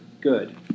good